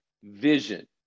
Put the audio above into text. vision